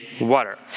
water